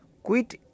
Quit